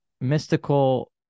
mystical